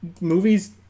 movies